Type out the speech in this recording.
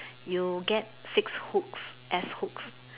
you get six hooks S hooks